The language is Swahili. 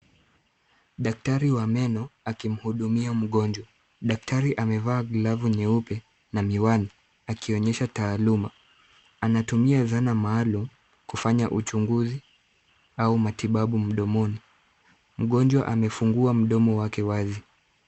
Daktari wa meno akimhudumia mgonjwa. Daktari amevaa glavu nyeupe na miwani akionyesha taaluma. Anatumia dhana maalum kufanya uchunguzi au matibabu mdomoni. Mgonjwa amefungua mdomo wake wazi.